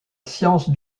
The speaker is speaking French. science